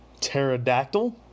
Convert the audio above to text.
Pterodactyl